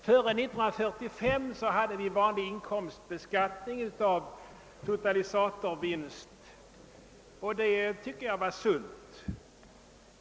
Före 19435 hade vi vanlig inkomstbeskattning av totalisatorsvinst, och det tycker jag var sunt.